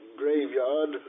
graveyard